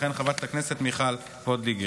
תכהן חברת הכנסת מיכל וולדיגר.